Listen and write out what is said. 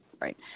right